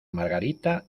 margarita